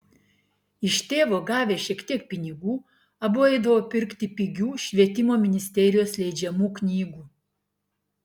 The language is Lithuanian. iš tėvo gavę šiek tiek pinigų abu eidavo pirkti pigių švietimo ministerijos leidžiamų knygų